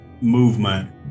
movement